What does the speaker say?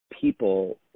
people